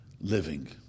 living